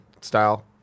style